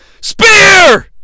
Spear